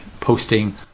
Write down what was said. posting